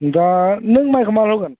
दा नों माइखौ माला होगोन